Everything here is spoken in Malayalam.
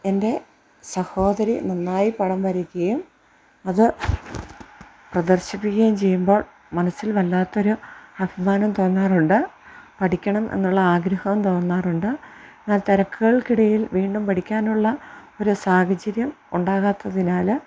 എൻ്റെ സഹോദരി നന്നായി പടം വരയ്ക്കുകയും അത് പ്രദർശിപ്പിക്കയും ചെയ്യുമ്പോൾ മനസ്സിൽ വല്ലാത്തൊരു അഭിമാനം തോന്നാറുണ്ട് പഠിക്കണം എന്നുള്ള ആഗ്രഹവും തോന്നാറുണ്ട് എന്നാൽ തിരക്കുകൾക്ക് ഇടയിൽ വീണ്ടും പഠിക്കാനുള്ള ഒരു സാഹചര്യം ഉണ്ടാകാത്തതിനാൽ